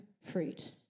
fruit